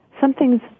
something's